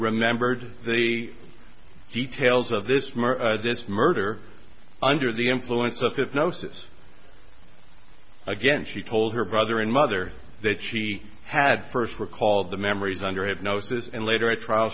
remembered the details of this murder this murder under the influence of the fifth gnosis again she told her brother and mother that she had first recalled the memories under hypnosis and later at trial